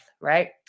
right